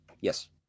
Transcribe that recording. Yes